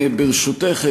ברשותך,